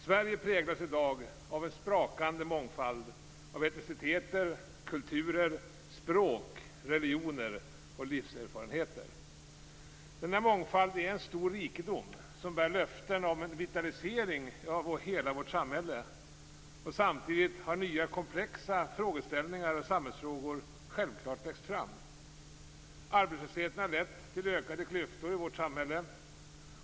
Sverige präglas i dag av en sprakande mångfald av etniciteter, kulturer, språk, religioner och livserfarenheter. Denna mångfald är en stor rikedom, som bär löften om en vitalisering av hela vårt samhälle. Samtidigt har nya, komplexa samhällsfrågor växt fram. Arbetslösheten har lett till ökade klyftor i samhället.